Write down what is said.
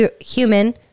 human